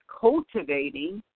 cultivating